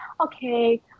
okay